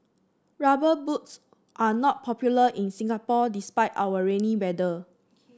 rubber boots are not popular in Singapore despite our rainy weather